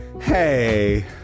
hey